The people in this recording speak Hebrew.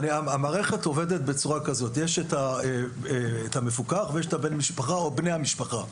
המערכת עובדת כך שיש את המפוקח ויש את בן המשפחה או בני המשפחה.